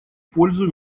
пользу